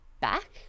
back